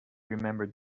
remembered